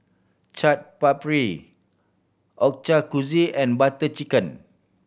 Chaat Papri and Butter Chicken